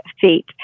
feet